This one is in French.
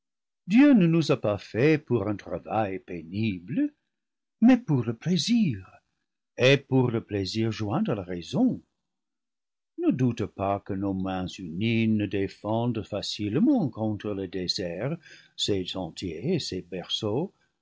dieu ne nous a pas faits pour un travail pénible mais pour le plaisir et pour le plaisir joint à la raison ne doute pas que nos mains unies ne défendent facilement contre le désert ces sentiers et ces